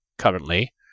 Currently